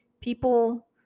People